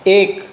एक